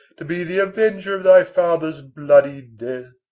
to be the avenger of thy father's bloody death.